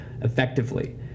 effectively